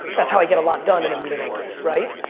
that's how i get a lot done in a meeting like this, right?